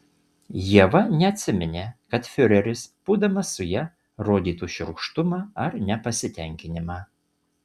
ieva neatsiminė kad fiureris būdamas su ja rodytų šiurkštumą ar nepasitenkinimą